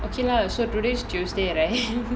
okay lah so today's tuesday right